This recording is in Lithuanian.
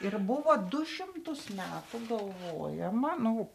ir buvo du šimtus metų galvojama nu